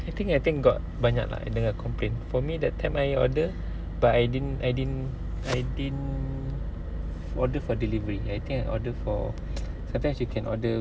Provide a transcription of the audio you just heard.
I think I think got banyak lah I dengar complain for me that time I order but I didn't I didn't I didn't order for delivery I think I order for sometimes you can order